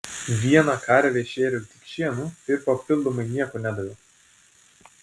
vieną karvę šėriau tik šienu ir papildomai nieko nedaviau